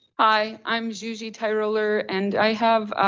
hi, i'm juju tyroller and i have,